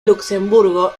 luxemburgo